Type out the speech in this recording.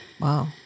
Wow